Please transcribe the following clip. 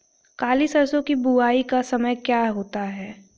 काली सरसो की बुवाई का समय क्या होता है?